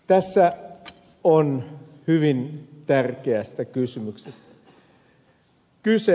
tässä on hyvin tärkeästä kysymyksestä kyse